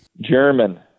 German